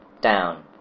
Down